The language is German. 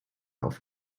auf